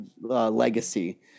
Legacy